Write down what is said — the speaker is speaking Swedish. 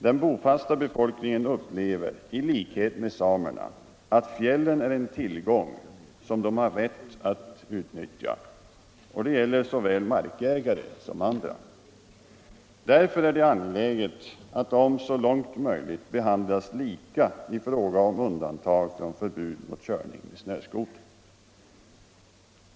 Den bofasta befolkningen upplever i likhet med samerna att fjällen är en tillgång som de har rätt att nyttja. Det gäller såväl markägare som andra. Därför är det angeläget att de så långt möjligt behandlas lika i fråga om undantag från förbud mot körning med snöskoter.